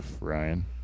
Ryan